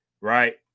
right